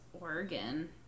Oregon